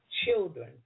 children